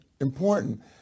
important